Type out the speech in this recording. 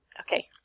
Okay